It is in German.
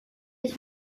ich